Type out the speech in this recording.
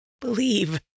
Believe